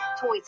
toys